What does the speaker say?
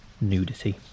nudity